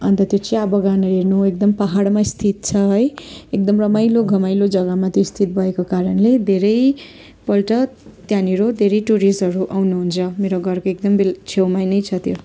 अन्त त्यो चिया बगानहरू हेर्नु एकदम पाहाडमा स्थित छ है एकदम रमाइलो घमाइलो जग्गामा त्यो स्थित भएको कारणले धेरैपल्ट त्यहाँनिर धेरै टुरिस्टहरू आउनुहुन्छ मेरो घरको एकदम बिल छेउमा नै छ त्यो